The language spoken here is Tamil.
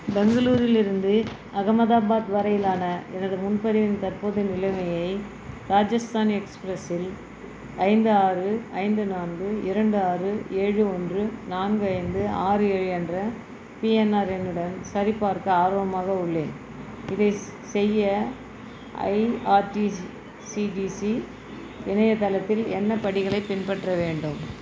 பெங்களூரிலிருந்து அகமதாபாத் வரையிலான எனது முன்பதிவின் தற்போது நிலைமையை ராஜஸ்தானி எக்ஸ்ப்ரஸில் ஐந்து ஆறு ஐந்து நான்கு இரண்டு ஆறு ஏழு ஒன்று நான்கு ஐந்து ஆறு ஏழு என்ற பிஎன்ஆர் எண்ணுடன் சரிபார்க்க ஆர்வமாக உள்ளேன் இதை ஸ் செய்ய ஐஆர்டிசிசிடிசி இணையதளத்தில் என்ன படிகளை பின்பற்ற வேண்டும்